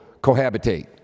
cohabitate